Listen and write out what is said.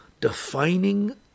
Defining